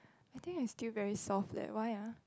I think I still very soft leh why ah